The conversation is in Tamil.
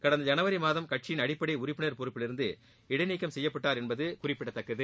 கடந்த ஜனவரி மாதம் கட்சியின் அடிப்படை உறுப்பினர் பொறுப்பிலிருந்து இடைநீக்கம் செய்யப்பட்டார் என்பது குறிப்பிடத்தக்கது